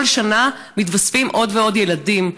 וכל שנה מתווספים עוד ועוד ילדים.